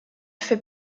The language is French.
fait